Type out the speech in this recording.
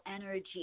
energy